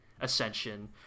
Ascension